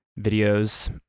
videos